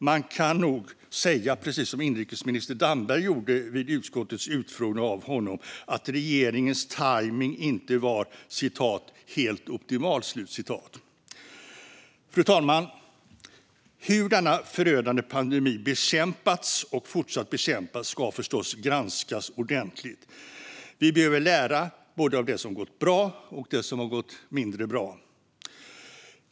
Man kan nog säga, precis som inrikesminister Damberg gjorde vid utskottets utfrågning av honom, att regeringens tajmning inte var "helt optimal". Fru talman! Hur denna förödande pandemi har bekämpats och fortsätter att bekämpas ska förstås granskas ordentligt. Vi behöver lära både av det som har gått bra och av det som har gått mindre bra.